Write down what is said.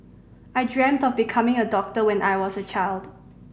I dreamt of becoming a doctor when I was a child